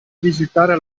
visitare